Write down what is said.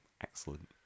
Excellent